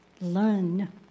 Learn